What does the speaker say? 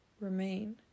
remain